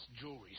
Jewelry